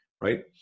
right